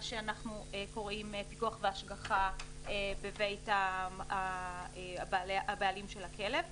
מה שאנחנו קוראים פיקוח והשגחה בבית הבעלים של הכלב.